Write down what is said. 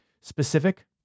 specific